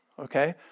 Okay